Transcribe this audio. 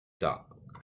dark